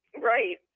Right